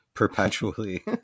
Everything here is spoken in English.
Perpetually